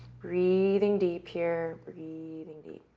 breathing deep here, breathing deep.